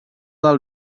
del